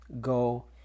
go